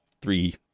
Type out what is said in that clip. three